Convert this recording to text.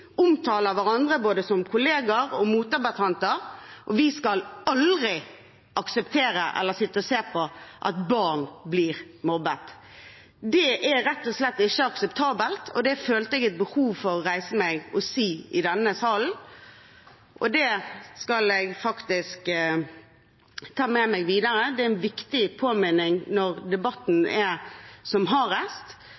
omtaler hverandre, både som kollegaer og motdebattanter, og vi skal aldri akseptere eller sitte og se på at barn blir mobbet. Det er rett og slett ikke akseptabelt, og det følte jeg behov for å reise meg og si i denne salen. Det skal jeg også ta med meg videre, for det er en viktig påminning når debatten